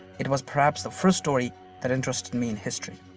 it was perhaps the first story that interested me in history.